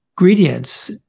ingredients